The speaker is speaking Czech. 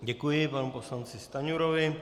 Děkuji panu poslanci Stanjurovi.